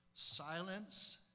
Silence